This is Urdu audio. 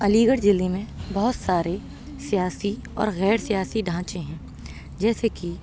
علی گڑھ ضلعے میں بہت سارے سیاسی اور غیر سیاسی ڈھانچے ہیں جیسے کہ